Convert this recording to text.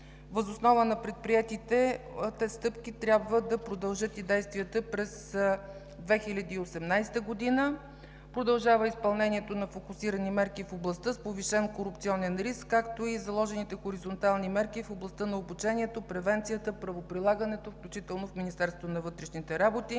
Въз основа на предприетите стъпки трябва да продължат действията и през 2018 г. Продължава изпълнението на фокусирани мерки в областта с повишен корупционен риск, както и заложените хоризонтални мерки в областта на обучението, превенцията, правоприлагането, включително в Министерството на вътрешните работи.